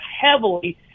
heavily